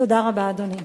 תודה רבה, אדוני.